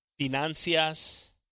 finanzas